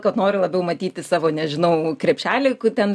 kad noriu labiau matytim savo nežinau krepšelį kur ten